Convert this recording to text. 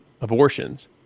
abortions